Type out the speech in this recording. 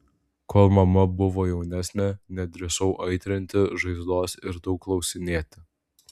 kol mama buvo jaunesnė nedrįsau aitrinti žaizdos ir daug klausinėti